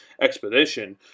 expedition